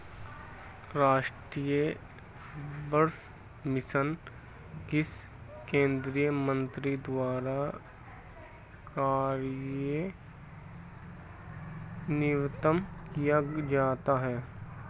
राष्ट्रीय बांस मिशन किस केंद्रीय मंत्रालय द्वारा कार्यान्वित किया जाता है?